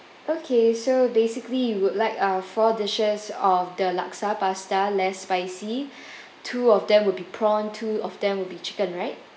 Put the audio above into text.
okay so basically you would like uh four dishes of the laksa pasta less spicy two of them will be prawn two of them will be chicken right